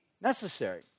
necessary